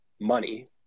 money